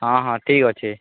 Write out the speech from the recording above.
ହଁ ହଁ ଠିକ୍ ଅଛି